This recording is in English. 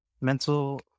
mental